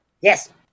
Yes